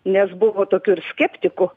nes buvo tokių ir skeptikų